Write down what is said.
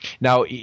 now